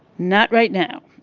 not right now.